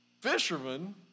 fisherman